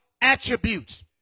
Attributes